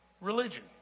religion